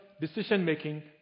decision-making